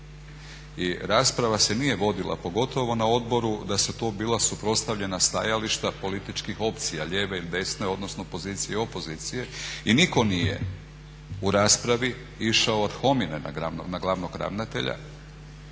I rasprava se nije vodila, pogotovo na odboru, da su to bila suprotstavljena stajališta političkih opcija, lijeve ili desne odnosno pozicije i opozicije. I nitko nije u raspravi išao ad homine na glavnog ravnatelja